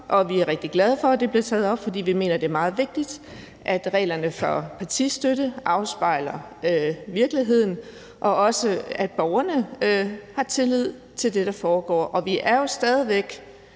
at vi er rigtig glade for, at det er blevet taget op, fordi vi mener, det er meget vigtigt, at reglerne for partistøtte afspejler virkeligheden, og også at borgerne har tillid til det, der foregår. Vi er jo stadig væk